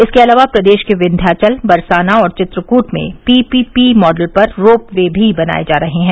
इसके अलावा प्रदेश के विन्यांचल बरसाना और चित्रकूट में पीपीपी मॉडल पर रोप वे भी बनाये जा रहे हैं